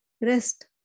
rest